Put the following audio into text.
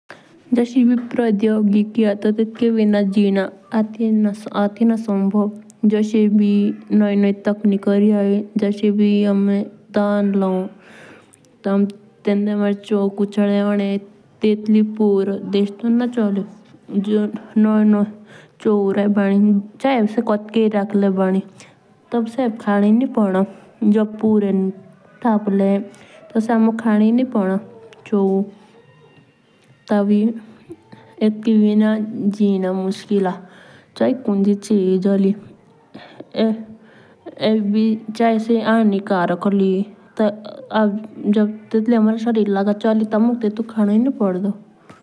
परोधियोगिकी होन टेटके बिना जीना अति ना संभव जस एबी नोए नोए तक्निको री होए। जूस एभी हमें धन लू तो तेतलई हमारे चाउ कोचोड होने तेत लेई पुरो देस थोडना चली। जे प्योर नू टपले तो से हमोक खानेई नी पडने चौ। एतके बिना जिवनो मुस्की मान।